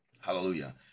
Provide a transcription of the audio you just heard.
hallelujah